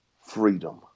freedom